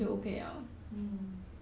还有做好的本分就 okay 了